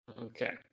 okay